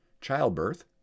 childbirth